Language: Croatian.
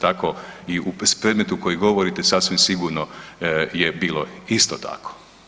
Tako i u predmetu koji govorite, sasvim sigurno je bilo isto tako.